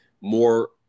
More